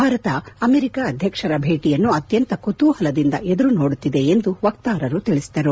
Bharat America ಅಧ್ಯಕ್ಷರ ಭೇಟಿಯನ್ನು ಅತ್ಲಂತ ಕುತೂಹಲದಿಂದ ಎದುರು ನೋಡುತ್ತಿದೆ ಎಂದು ವಕ್ತಾರರು ತಿಳಿಸಿದರು